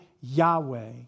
Yahweh